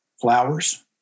flowers